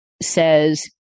Says